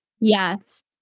Yes